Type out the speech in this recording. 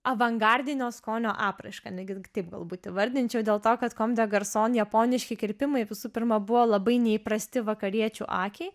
avangardinio skonio apraiška netgi taip galbūt įvardinčiau dėl to kad comme des garcons japoniški kirpimai visų pirma buvo labai neįprasti vakariečių akiai